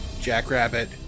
Jackrabbit